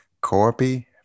Corby